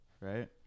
right